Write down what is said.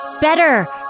better